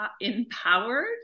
empowered